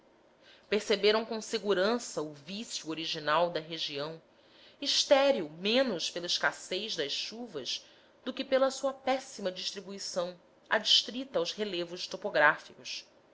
perceberam com segurança o vício original da região estéril menos pela escassez das chuvas do que pela sua péssima distribuição adstrita aos relevos topográficos